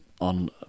on